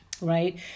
Right